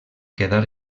quedar